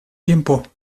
tiempo